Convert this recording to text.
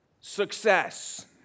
success